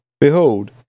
behold